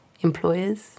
employers